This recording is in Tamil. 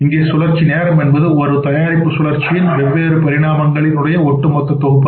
இங்கே சுழற்சி நேரம் என்பது ஒரு தயாரிப்பு சுழற்சியின் வெவ்வேறு பரிணாமங்களில் ஒட்டு மொத்த தொகுப்பு